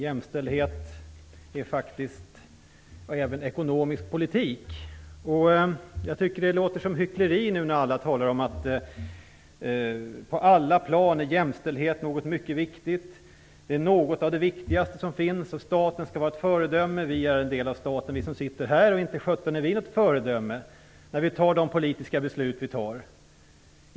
Jämställdhet är faktiskt även ekonomisk politik. Det låter som hyckleri när alla talar om att jämställdhet är något mycket viktigt på alla plan. Det är något av det viktigaste som finns. Staten skall vara ett föredöme. Vi som sitter här är en del av staten. Inte är vi något föredöme när vi tar de politiska beslut vi tar.